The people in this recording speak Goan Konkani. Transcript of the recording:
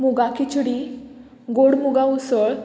मुगा खिचडी गोड मुगा उसळ